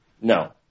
No